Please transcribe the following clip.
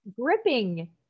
gripping